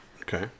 Okay